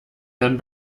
herrn